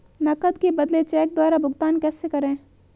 नकद के बदले चेक द्वारा भुगतान कैसे करें?